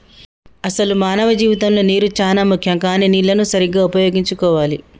అసలు మానవ జీవితంలో నీరు చానా ముఖ్యం కానీ నీళ్లన్ను సరీగ్గా ఉపయోగించుకోవాలి